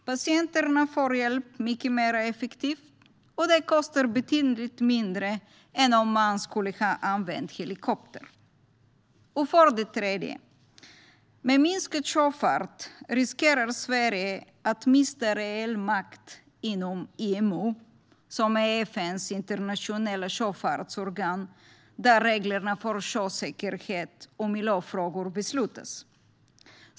Patienterna får hjälp mycket mer effektivt, och det kostar betydligt mindre än om man skulle ha använt helikopter. För det tredje riskerar Sverige med minskad sjöfart att mista reell makt inom IMO, som är FN:s internationella sjöfartsorgan, där reglerna för sjösäkerhet och miljöfrågor beslutas.